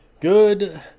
Good